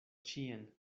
ĉien